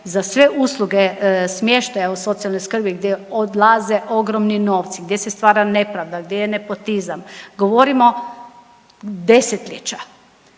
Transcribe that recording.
za sve usluge smještaja u socijalnoj skrbi gdje odlaze ogromni novci, gdje se stvara nepravda, gdje je nepotizam govorimo desetljeća